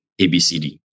ABCD